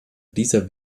dieser